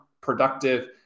productive